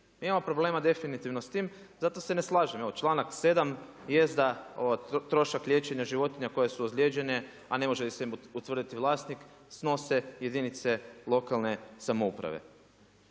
Mi imamo problema definitivno s tim zato se ne slažem. Članak 7. jest da trošak liječenja životinja koje su ozlijeđene, a ne može im se utvrditi vlasnik snose jedinica lokalne samouprave.